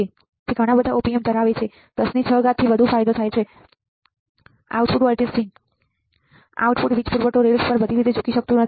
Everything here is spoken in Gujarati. નોંધ ઘણા op amp ધરાવે છે 106 થી વધુનો ફાયદો આઉટપુટ વોલ્ટેજ સ્વિંગ • આઉટપુટ વીજ પૂરવઠો રેલ્સ પર બધી રીતે ઝૂલી શકતું નથી